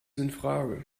infrage